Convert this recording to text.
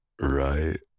Right